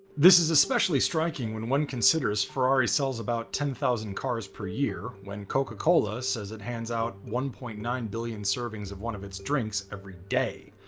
this is especially striking when one considers ferrari sells about ten thousand cars per year. when coca-cola says it hands out one point nine billion servings of one of its drinks every day.